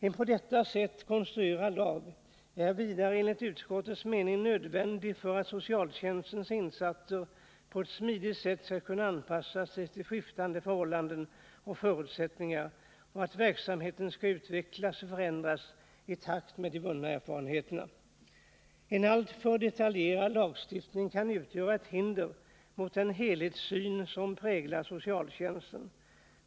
En på detta sätt konstruerad lag är vidare enligt utskottets mening nödvändig för att socialtjänstens insatser på ett smidigt sätt skall kunna anpassas efter skiftande förhållanden och förutsättningar och för att verksamheten skall kunna utvecklas och förändras i takt med vunna erfarenheter. En alltför detaljerad lagstiftning kan utgöra ett hinder mot den helhetssyn som präglar socialtjänsten.